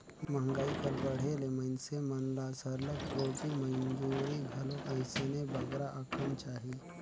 मंहगाई कर बढ़े ले मइनसे मन ल सरलग रोजी मंजूरी घलो अइसने बगरा अकन चाही